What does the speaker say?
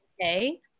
okay